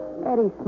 Eddie